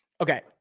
okay